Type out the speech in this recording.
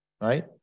right